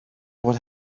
what